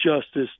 justice